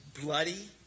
bloody